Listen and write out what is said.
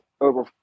over